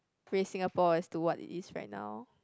raise Singapore as to what it is right now